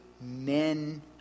men